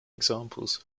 examples